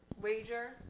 wager